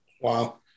Wow